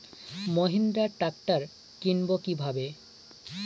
Mahindra tractor কিনবো কি ভাবে?